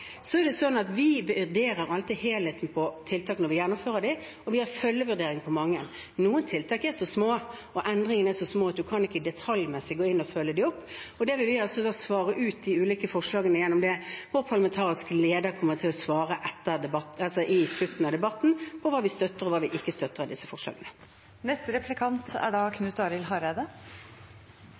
Så er det sånn at vi alltid vurderer helheten av tiltak når vi gjennomfører dem, og vi har følgevurdering av mange. Noen tiltak er så små og endringene så små at en ikke detaljmessig kan gå inn og følge dem opp. Vi vil svare ut de ulike forslagene gjennom det. Vår parlamentariske leder kommer til å svare i slutten av debatten når det gjelder hva vi støtter, og hva vi ikke støtter av disse forslagene. Fleire har allereie sagt at det var eit godt innlegg. Det er